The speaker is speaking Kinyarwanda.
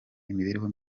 imibereho